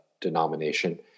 denomination